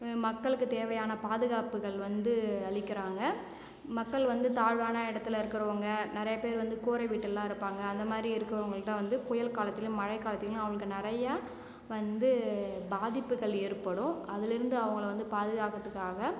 மக்களுக்கு தேவையான பாதுகாப்புகள் வந்து அளிக்கிறாங்க மக்கள் வந்து தாழ்வான இடத்துல இருக்குறவங்க நிறைய பேர் வந்து கூர வீட்டுலலாம் இருப்பாங்க அந்த மாரி இருக்குறவங்கள்கிட்ட வந்து புயல் காலத்துலயும் மழை காலத்துலயும் அவங்களுக்கு நிறையா வந்து பாதிப்புகள் ஏற்படும் அதுலருந்து அவங்கள வந்து பாதுகாக்குறதுக்காக